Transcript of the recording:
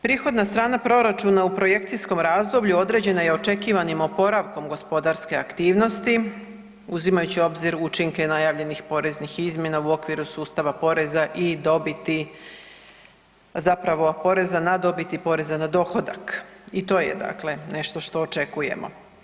Prihodna strana proračuna u projekcijskom razdoblju određena je očekivanim oporavkom gospodarske aktivnosti uzimajući u obzir učinke najavljenih poreznih izmjena u okviru sustava poreza i dobiti, zapravo poreza za dobit i poreza na dohodak i to je dakle nešto što očekujemo.